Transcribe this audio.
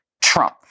Trump